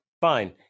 Fine